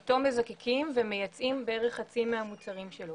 אותו מזקקים ומייצאים בערך חצי מהמוצרים שלו.